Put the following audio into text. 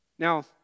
Now